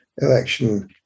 election